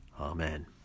Amen